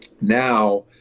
Now